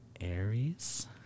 Aries